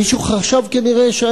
מישהו חשב כנראה,